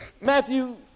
Matthew